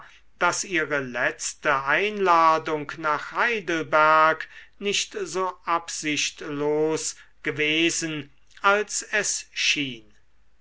daß ihre letzte einladung nach heidelberg nicht so absichtlos gewesen als es schien